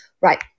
right